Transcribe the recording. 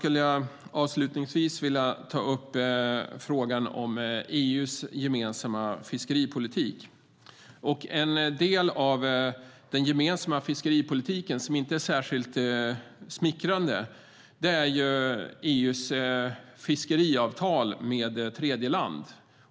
Låt mig avslutningsvis ta upp frågan om EU:s gemensamma fiskeripolitik. En del av den gemensamma fiskeripolitiken som inte är särskilt smickrande är EU:s fiskeavtal med tredjeland.